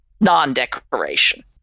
non-decoration